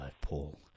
Paul